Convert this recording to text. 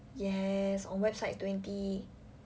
yes on website is twenty